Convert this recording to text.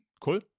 Cool